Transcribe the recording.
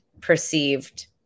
perceived